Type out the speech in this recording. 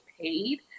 paid